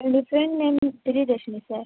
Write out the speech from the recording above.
என்னோடைய friend name வந்து Priyadarshini sir